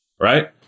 right